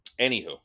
Anywho